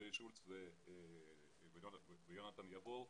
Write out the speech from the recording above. ג'רי שולץ ויונתן יאבור,